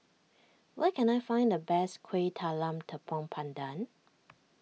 where can I find the best Kueh Talam Tepong Pandan